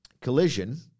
collision